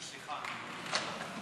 סליחה,